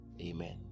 amen